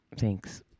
Thanks